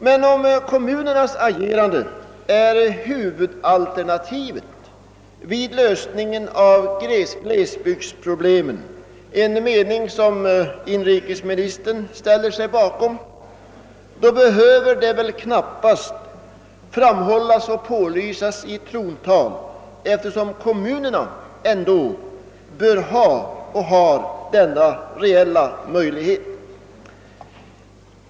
Men om kommunernas agerande är huvudalternativet vid lösningen av glesbygdsproblemen — en mening som inrikesministern ställer sig bakom — behöver det väl knappast framhållas och pålysas i ett trontal, eftersom kommunerna ändå bör ha och har denna reella möjlighet.